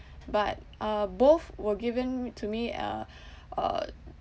but uh both were given to me uh uh